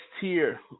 tier